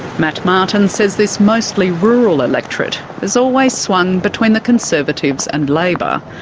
matt martin says this mostly rural electorate has always swung between the conservatives and labor.